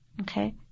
okay